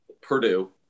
Purdue